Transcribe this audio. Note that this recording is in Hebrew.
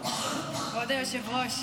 כבוד היושב-ראש,